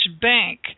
bank